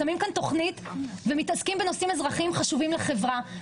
שמים כאן תוכנית ומתעסקים בנושאים אזרחיים שחשובים לחברה,